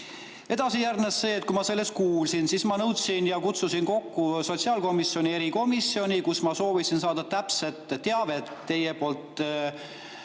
Edasi järgnes see, et kui ma sellest kuulsin, siis ma nõudsin ja kutsusin kokku sotsiaalkomisjoni erikomisjoni, kus ma soovisin saada täpset teavet teie